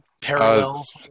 parallels